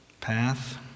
path